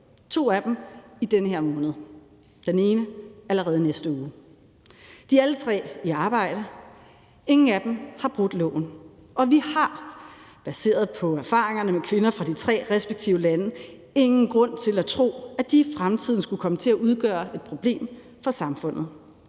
og den sidste allerede i næste uge. De er alle tre i arbejde, ingen af dem har brudt loven, og vi har baseret på erfaringer med kvinder fra de tre respektive lande ingen grund til at tro, at de i fremtiden skulle komme til at udgøre et problem for samfundet.